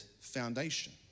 foundation